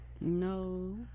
no